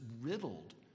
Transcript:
riddled